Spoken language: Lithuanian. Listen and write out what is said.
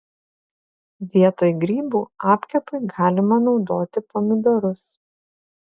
vietoj grybų apkepui galima naudoti pomidorus